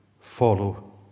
follow